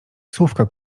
słówka